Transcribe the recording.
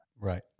Right